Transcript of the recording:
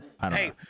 Hey